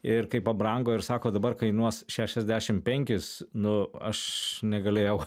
ir kai pabrango ir sako dabar kainuos šešiasdešim penkis nu aš negalėjau